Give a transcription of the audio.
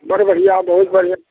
बड्ड बढ़िआँ बहुत बढ़िआँ